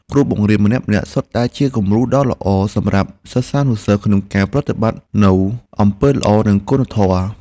គ្រូបង្រៀនម្នាក់ៗសុទ្ធតែជាគំរូដ៏ល្អសម្រាប់សិស្សានុសិស្សក្នុងការប្រតិបត្តិនូវអំពើល្អនិងគុណធម៌។